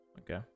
Okay